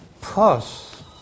Plus